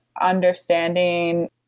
understanding